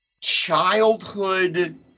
childhood